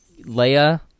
Leia